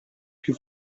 più